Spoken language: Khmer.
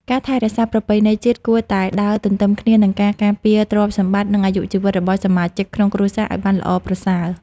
ការថែរក្សាប្រពៃណីជាតិគួរតែដើរទន្ទឹមគ្នានឹងការការពារទ្រព្យសម្បត្តិ និងអាយុជីវិតរបស់សមាជិកក្នុងគ្រួសារឱ្យបានល្អប្រសើរ។